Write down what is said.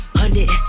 hundred